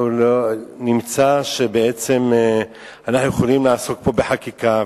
אנחנו נמצא שבעצם אנחנו יכולים לעסוק פה בחקיקה,